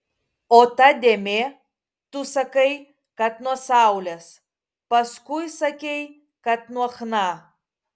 o ta dėmė tu sakai kad nuo saulės paskui sakei kad nuo chna